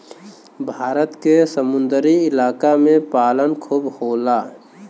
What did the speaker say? भारत के समुंदरी इलाका में पालन खूब होला